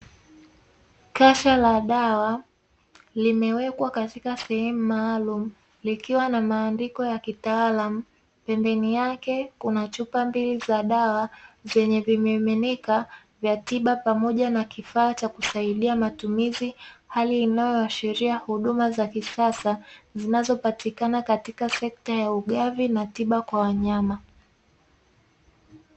Kasha la dawa, limewekwa katika sehemu maalumu, likiwa na maandiko ya kitaalamu, pembeni yake kuna chupa mbili za dawa, zenye vimiminika vya tiba pamoja na kifaa cha kusaidia matumizi. Hali inayoashiria huduma za kisasa zinazopatikana katika sekta ya ugavi na tiba kwa wanyama.